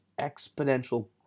exponential